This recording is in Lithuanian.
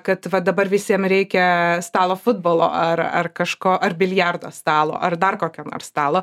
kad va dabar visiem reikia stalo futbolo ar ar kažko ar biliardo stalo ar dar kokio nors stalo